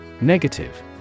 Negative